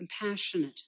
Compassionate